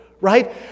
right